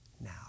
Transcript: now